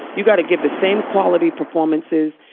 you got to give the same quality performances,